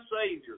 Savior